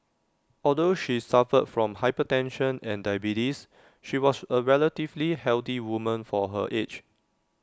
although she suffered from hypertension and diabetes she was A relatively healthy woman for her age